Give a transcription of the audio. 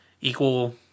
equal